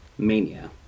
Mania